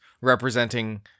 representing